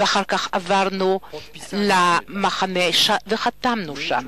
ואחר כך עברנו למחנה וחתמנו שם,